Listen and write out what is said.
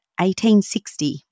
1860